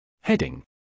Heading